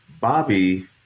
Bobby